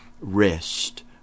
rest